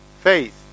Faith